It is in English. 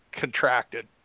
contracted